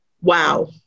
wow